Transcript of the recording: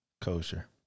kosher